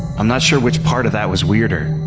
i'm not sure which part of that was weirder.